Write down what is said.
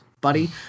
buddy